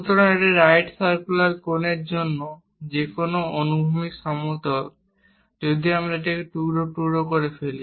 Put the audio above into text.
সুতরাং একটি right circular cone এর জন্য যে কোনও অনুভূমিক সমতল যদি আমরা এটিকে টুকরো টুকরো করে ফেলি